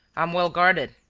i'm well guarded!